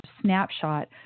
snapshot